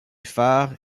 phare